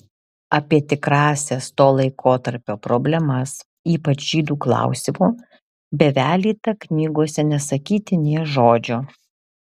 apie tikrąsias to laikotarpio problemas ypač žydų klausimu bevelyta knygose nesakyti nė žodžio